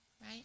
Right